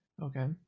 okay